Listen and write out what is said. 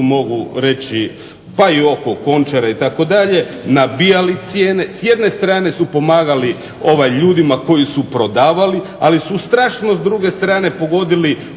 mogu reći pa i oko Končara itd. nabijali cijene. S jedne strane su pomagali ljudima koji su prodavali. Ali su strašno s druge strane pogodili